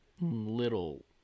Little